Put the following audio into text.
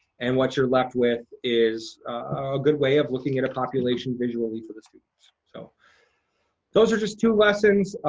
and what you're left with is a good way of looking at a population visually for the students. so those are just two lessons.